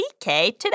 today